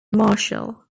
marshall